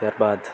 ત્યારબાદ